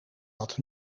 wat